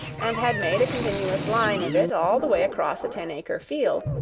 and had made a continuous line of it all the way across a ten-acre field,